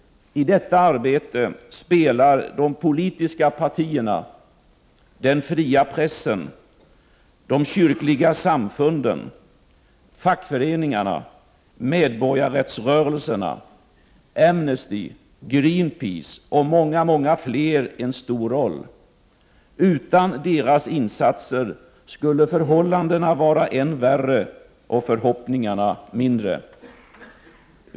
I detta arbete spelar de politiska partierna, den fria pressen, de kyrkliga samfunden, fackföreningarna, medborgarrättsrörelserna, Amnesty, Greenpeace och många, många fler en stor roll. Utan deras insatser skulle förhållandena vara än värre, och förhoppningarna mindre.